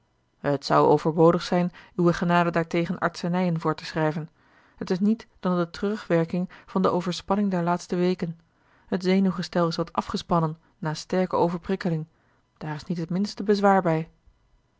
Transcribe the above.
het zou overbodig zijn uwe genade daartegen artsenijen voor te schrijven het is niet dan de terugwerking van de overspanning der laatste weken het zenuwgestel is wat afgespannen na sterke overprikkeling daar is niet het minste bezwaar bij